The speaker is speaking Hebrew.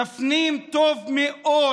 תפנים טוב מאוד